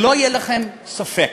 שלא יהיה לכם ספק,